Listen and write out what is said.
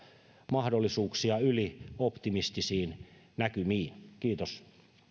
mahdollisuuksia ylioptimistisiin näkymiin kiitos